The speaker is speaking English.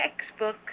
textbook